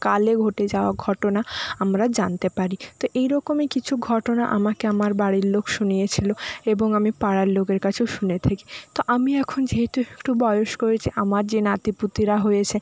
কালে ঘটে যাওয়া ঘটনা আমরা জানতে পারি তো এই রকমই কিছু ঘটনা আমাকে আমার বাড়ির লোক শুনিয়েছিলো এবং আমি পাড়ার লোকের কাছেও শুনে থাকি তো আমিও এখন যেহেতু একটু বয়স্ক হয়েছি আমার যে নাতি পুতিরা হয়েছে